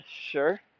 sure